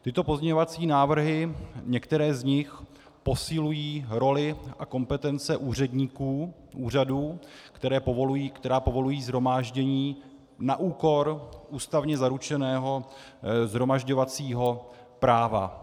Tyto pozměňovací návrhy, některé z nich, posilují roli a kompetence úředníků, úřadů, které povolují shromáždění, na úkor ústavně zaručeného shromažďovacího práva.